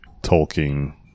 tolkien